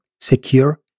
secure